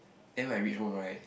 then when I reach home right